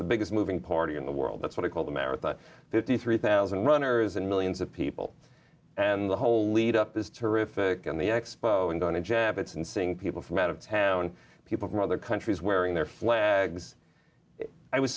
the biggest moving party in the world that's what i call the marathon fifty three thousand runners and millions of people and the whole lead up is terrific and the expo and on a jab it's in seeing people from out of town people from other countries wearing their flags i was